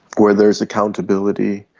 where there is accountability.